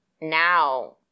now